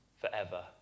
forever